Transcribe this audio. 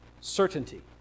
certainty